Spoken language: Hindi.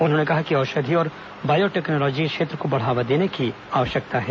उन्होंने कहा कि औषधि और बायो टेक्नोलॉजी क्षेत्र को बढ़ावा देने की आवश्यकता है